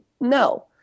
no